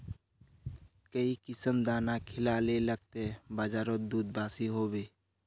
काई किसम दाना खिलाले लगते बजारोत दूध बासी होवे?